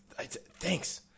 Thanks